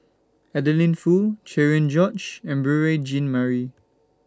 Adeline Foo Cherian George and Beurel Jean Marie